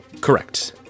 Correct